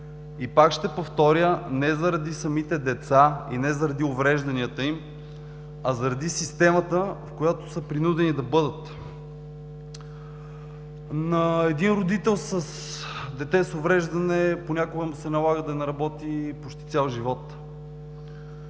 и, пак ще повторя, не заради самите деца и не заради уврежданията им, а заради системата, в която са принудени да бъдат. На един родител с дете с увреждане, понякога му се налага да не работи почти цял живот.